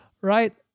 Right